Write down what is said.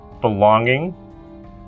belonging